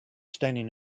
standing